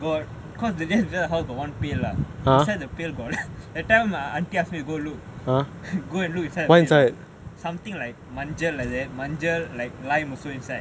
got because that day beside the house got one pail lah inside the pail got that time my auntie ask me to go look go and look inside the pail lah something like manjal manjal manjal like lime also inside